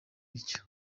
bityo